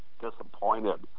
disappointed